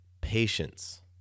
patience